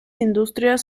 industrias